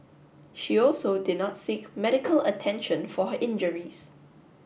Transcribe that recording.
she also did not seek medical attention for her injuries